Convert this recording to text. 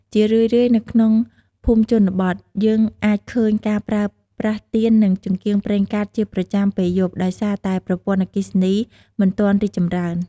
ជារឿយៗ នៅក្នុងភូមិជនបទ យើងអាចឃើញការប្រើប្រាស់ទៀននិងចង្កៀងប្រេងកាតជាប្រចាំពេលយប់ ដោយសារតែប្រព័ន្ធអគ្គិសនីមិនទាន់រីកចម្រើន។